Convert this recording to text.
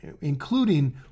Including